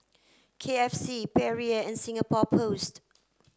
K F C Perrier and Singapore Post